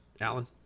Alan